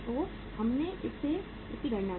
तो हमने इसकी गणना की